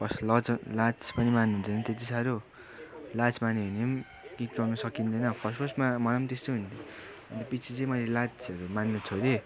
first लजा लाज पनि मान्नु हुँदैन त्यति साह्रो लाज मान्यो भने पनि गीत गाउनु सकिँदैन फर्स्ट फर्स्टमा मलाई पनि त्यस्तै हुन्थ्यो अन्त पछि चाहिँ मैले लाजहरू मान्नु छोडेँ